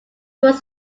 was